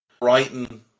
Brighton